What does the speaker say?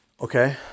okay